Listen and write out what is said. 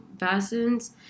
basins